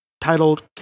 titled